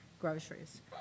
groceries